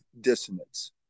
dissonance